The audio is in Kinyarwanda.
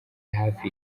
hafi